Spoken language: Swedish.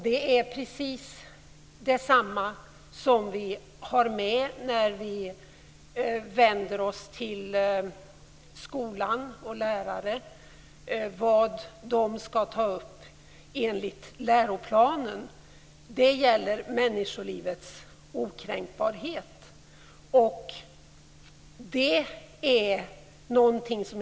Det är precis samma formulering som vi har när vi vänder oss till lärarna och skolan och som de enligt läroplanen skall tillämpa.